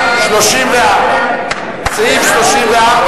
סעיף 34,